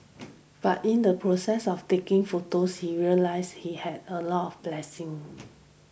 but in the process of taking photos he realised he had a lot blessings